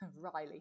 Riley